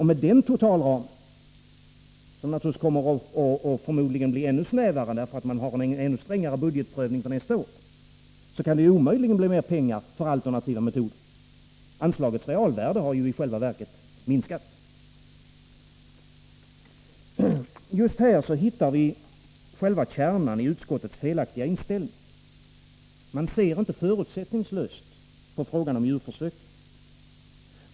Med den totalramen, som förmodligen blir ännu snävare, eftersom man har en ännu strängare budgetprövning för nästa år, och det kan därför omöjligen bli mer pengar för alternativa metoder. Anslagets realvärde har i själva verket minskat. Just här hittar vi själva kärnan i utskottets felaktiga inställning. Man ser inte förutsättningslöst på frågan om djurförsök.